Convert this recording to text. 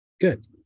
Good